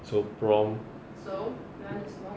so from so